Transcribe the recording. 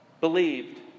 believed